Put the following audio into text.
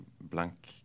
blank